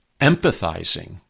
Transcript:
empathizing